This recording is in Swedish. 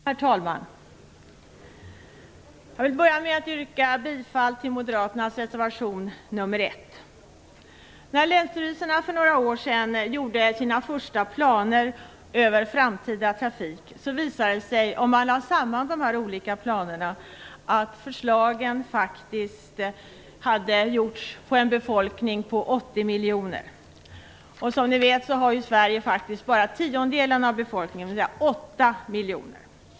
Herr talman! Jag vill börja med att yrka bifall till moderaternas reservation nr 1. När länsstyrelserna för några år sedan gjorde sina första planer över framtida trafik visade det sig, om man lade samman de olika planerna, att förslagen faktiskt hade gjorts på en befolkning på 80 miljoner. Som ni vet har Sverige bara tiondelen så stor befolkning, dvs. 8 miljoner.